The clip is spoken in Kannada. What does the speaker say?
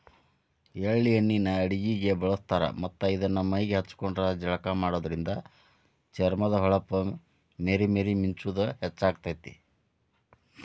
ಎಳ್ಳ ಎಣ್ಣಿನ ಅಡಗಿಗೆ ಬಳಸ್ತಾರ ಮತ್ತ್ ಇದನ್ನ ಮೈಗೆ ಹಚ್ಕೊಂಡು ಜಳಕ ಮಾಡೋದ್ರಿಂದ ಚರ್ಮದ ಹೊಳಪ ಮೇರಿ ಮೇರಿ ಮಿಂಚುದ ಹೆಚ್ಚಾಗ್ತೇತಿ